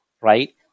Right